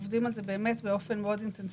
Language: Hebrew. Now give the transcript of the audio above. עובדים על זה באופן אינטנסיבי,